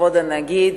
כבוד הנגיד,